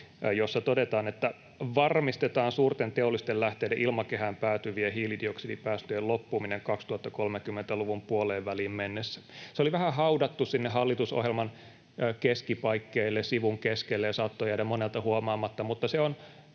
jossa todetaan, että ”varmistetaan suurten teollisten lähteiden ilmakehään päätyvien hiilidioksidipäästöjen loppuminen 2030-luvun puoleenväliin mennessä”. Se oli vähän haudattu sinne hallitusohjelman keskipaikkeille, sivun keskelle, ja saattoi jäädä monelta huomaamatta,